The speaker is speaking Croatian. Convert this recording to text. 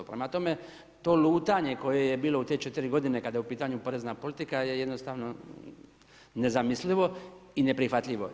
Prema tome, to lutanje koje je bilo u te 4 godine kada je u pitanju porezna politika je jednostavno nezamislivo i neprihvatljivo.